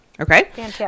Okay